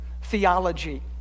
theology